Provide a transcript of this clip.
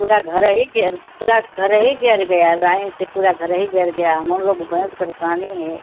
पूरा घर ही जर पूरा घर ही जल गया राही से पूरा घर ही जर गया हमहूँ लोग बहुत परेशानी है